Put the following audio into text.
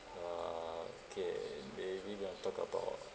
okay maybe we want to talk about